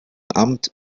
amt